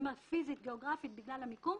פיזית-גיאוגרפית בגלל המיקום,